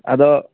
ᱟᱫᱚ